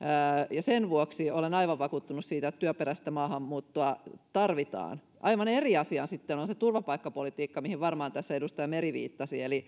sen vuoksi olen aivan vakuuttunut siitä että työperäistä maahanmuuttoa tarvitaan aivan eri asia sitten on se turvapaikkapolitiikka mihin edustaja meri varmaan tässä